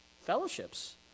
fellowships